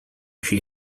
she